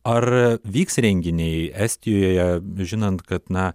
ar vyks renginiai estijoje žinant kad na